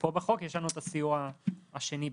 ופה בחוק יש לנו את הסיוע השני שיבוא.